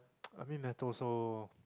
I mean method so